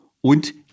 und